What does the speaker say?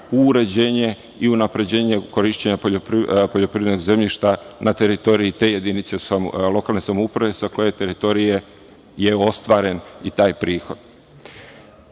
u uređenje i unapređenje korišćenja poljoprivrednog zemljišta na teritoriji te jedinice lokalne samouprave sa koje teritorije je ostvaren i taj prihod. Od